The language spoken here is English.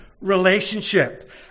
relationship